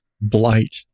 blight